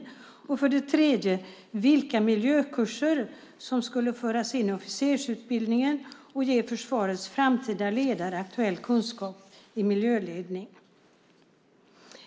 Det gällde för det tredje vilka miljökurser som skulle föras in i officersutbildningen och ge försvarets framtida ledare aktuell kunskap i miljöledning.